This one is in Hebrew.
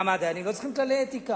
למה, הדיינים לא צריכים כללי אתיקה?